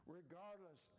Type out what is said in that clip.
regardless